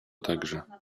także